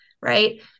right